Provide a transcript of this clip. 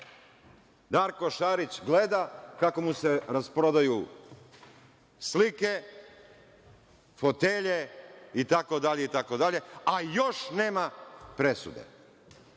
Darko Šarić gleda kako mu se rasprodaju slike, fotelje, itd, a još nema presude.